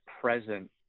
present